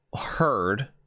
heard